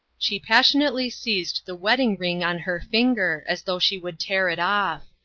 she passionately seized the wedding-ring on her finger as though she would tear it off.